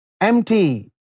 empty